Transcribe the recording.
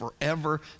forever